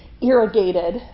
irrigated